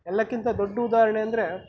ಎಲ್ಲಕಿಂತ ದೊಡ್ಡ ಉದಾಹರಣೆ ಅಂದರೆ